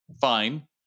Fine